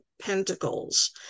Pentacles